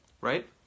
Right